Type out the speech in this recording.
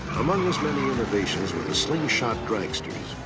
among his many innovations were the slingshot dragsters.